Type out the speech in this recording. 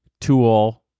tool